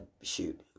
shoot